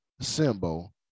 symbol